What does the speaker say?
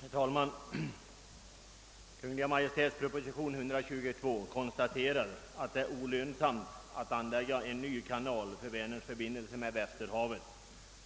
Herr talman! I Kungl. Maj:ts proposition 122 konstateras att det är olönsamt att anlägga en ny kanal för Vänerns förbindelse med Västerhavet